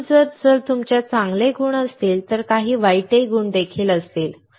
म्हणून जर तुमच्यात चांगले गुण असतील तर काही वाईट गुण देखील असतील